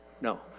No